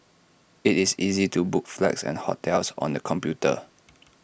IT is easy to book flights and hotels on the computer